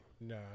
No